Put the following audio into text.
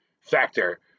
factor